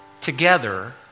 together